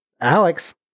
Alex